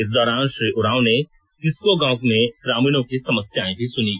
इस दौरान श्री उरांव ने किस्को गांव में ग्रामीणों की समस्याएं भी सुनीं